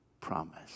promise